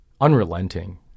unrelenting